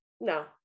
no